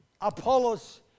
Apollos